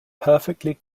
perfectly